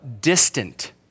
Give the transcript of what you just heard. distant